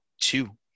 two